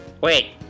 Wait